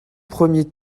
premier